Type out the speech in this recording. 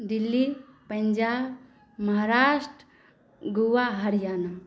Delhi Punjab Maharashtra Goa Haryana